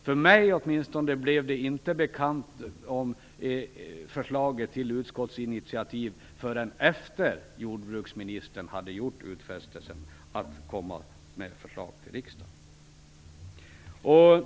För mig blev förslaget till utskottsinitiativ inte bekant förrän efter jordbruksministern hade gjort utfästelsen om att komma med förslag till riksdagen.